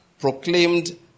proclaimed